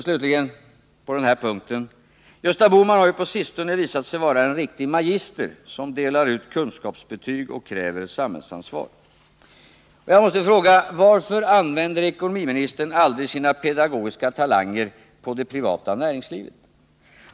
Slutligen, när det gäller den här punkten: Gösta Bohman har ju på sistone visat sig vara en riktig magister som delar ut kunskapsbetyg och kräver samhällsansvar. Jag måste fråga: Varför använder ekonomiministern aldrig sina pedagogiska talanger på det privata näringslivet?